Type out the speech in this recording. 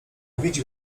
widzi